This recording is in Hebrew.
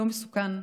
לא מסוכן,